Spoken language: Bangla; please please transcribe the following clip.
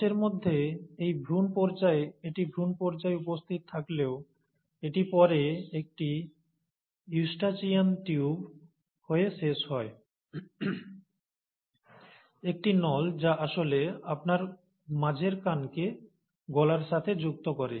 মানুষের মধ্যে এটি ভ্রূণ পর্যায়ে উপস্থিত থাকলেও এটি পরে একটি 'ইউস্টাচিয়ান টিউব' হয়ে শেষ হয় একটি নল যা আসলে আপনার মাঝের কানকে গলার সাথে যুক্ত করে